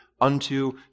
unto